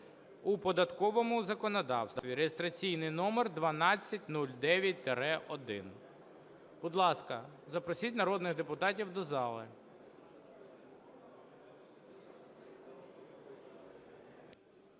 у податковому законодавстві (реєстраційний номер 1209-1). Будь ласка, запросіть народних депутатів до зали.